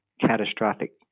catastrophic